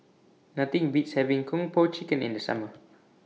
Nothing Beats having Kung Po Chicken in The Summer